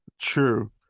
True